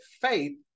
faith